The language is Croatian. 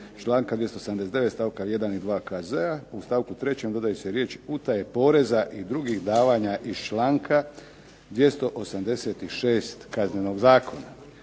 članka 279. stavka 1. i 2. KZ-a u stavku 3. dodaju se riječi utaje poreza i drugih davanja iz članka 286. Kaznenog zakona.